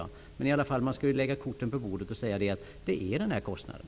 Men man skall lägga korten på bordet och säga att det är den kostnaden.